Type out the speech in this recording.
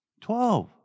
Twelve